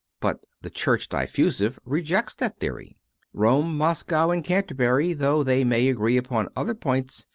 but the church diffusive rejects that theory rome, moscow, and canter bury, though they may agree upon other points,